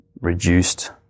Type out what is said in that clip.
reduced